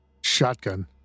Shotgun